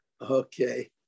Okay